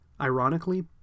ironically